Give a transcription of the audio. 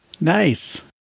nice